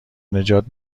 نجات